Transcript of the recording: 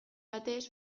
batez